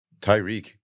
Tyreek